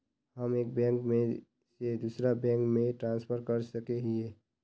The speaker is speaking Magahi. हम एक बैंक से दूसरा बैंक में ट्रांसफर कर सके हिये?